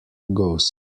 goes